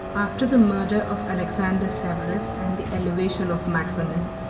after the murder of alexander severus, and the elevation of maximin,